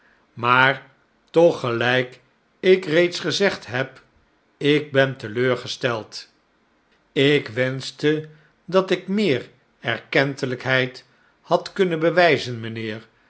maar toch gelijk ik reeds gezegd heb ik ben teleurgesteld ik wenschte dat ik meer erkentelijkheid had kunnen bewijzen mijnheer